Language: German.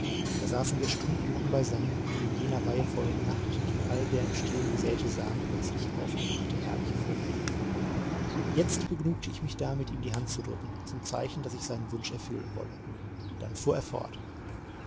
da saßen wir stundenlang beisammen und in jener weihevollen nacht ging all der im stillen gesäete samen plötzlich auf und brachte herrliche frucht jetzt begnügte ich mich damit ihm die hand zu drücken zum zeichen daß ich seinen wunsch erfüllen wolle dann fuhr er fort